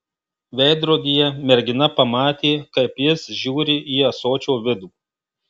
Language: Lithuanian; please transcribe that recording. veidrodyje mergina pamatė kaip jis žiūri į ąsočio vidų